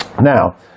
Now